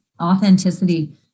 authenticity